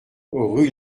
rue